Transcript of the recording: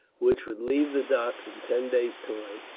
which would leave the docks in ten days' time,